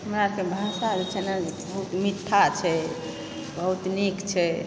हमरा अरके भाषा जे छै नऽ बहुत मीठ्ठा छै बहुत नीक छै